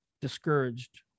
discouraged